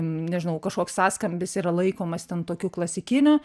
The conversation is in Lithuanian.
nežinau kažkoks sąskambis yra laikomas ten tokiu klasikiniu